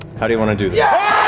how do you want to do yeah